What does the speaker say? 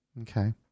Okay